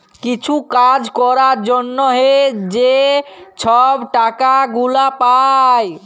কিছু কাজ ক্যরার জ্যনহে যে ছব টাকা গুলা পায়